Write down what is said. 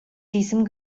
diesem